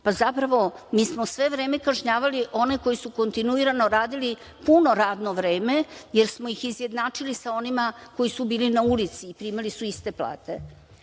Pa zapravo, mi smo sve vreme kažnjavali one koji su kontinuirano radili puno radno vreme, jer smo ih izjednačili sa onima koji su bili na ulici i primali su iste plate. Januar